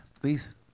please